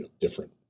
different